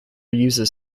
uses